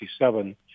1967